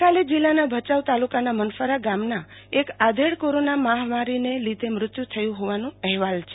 ગઈકાલે જિલ્લાના ભચાઉ તાલુકાના મનફરા ગામના એક આધેડનું કોરોના મહામારીને લીધે મૃત્યુ થયું હોવાના અહેવાલ છે